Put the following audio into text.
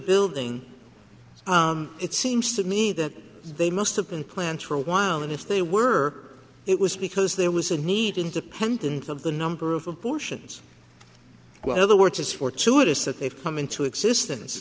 building it seems to me that they must have been plans for a while and if they were it was because there was a need independent of the number of abortions what other words is fortuitous that they've come into existence